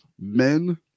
men